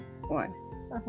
one